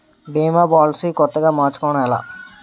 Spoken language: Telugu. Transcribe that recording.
భీమా పోలసీ కొత్తగా మార్చుకోవడం ఎలా?